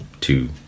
two